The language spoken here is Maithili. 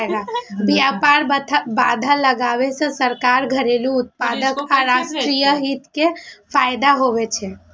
व्यापार बाधा लगाबै सं सरकार, घरेलू उत्पादक आ राष्ट्रीय हित कें फायदा होइ छै